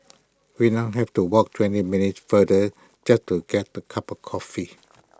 we now have to walk twenty minutes farther just to get A cup of coffee